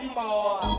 more